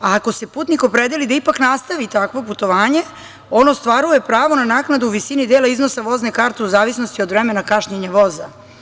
A, ako se putnik opredeli da ipak nastavi takvo putovanje, on ostvaruje pravo na naknadu u visini dela iznosa vozne karte u zavisnosti od vremena kašnjenja voza.